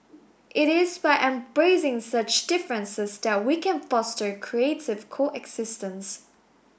it is by embracing such differences that we can foster creative coexistence